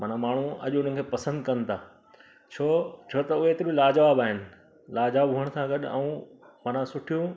माना माण्हू अॼु हुननि खे पसंदि कनि था छो छो त उहे त बि लाजवाब आहिनि लाजवाब हुअण सां गॾु ऐं माना सुठियूं